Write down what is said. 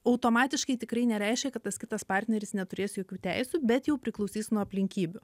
automatiškai tikrai nereiškia kad tas kitas partneris neturės jokių teisių bet jau priklausys nuo aplinkybių